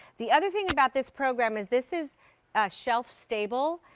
the other thing about this program is this is shelf stable.